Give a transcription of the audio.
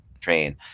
train